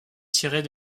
tirés